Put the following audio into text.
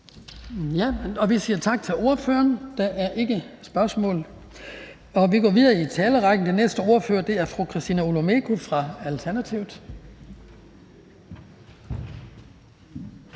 Vi siger tak til ordføreren. Der er ikke spørgsmål. Vi går videre i talerrækken. Den næste ordfører er fru Christina Olumeko fra Alternativet.